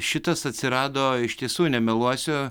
šitas atsirado iš tiesų nemeluosiu